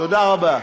תודה רבה.